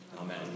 Amen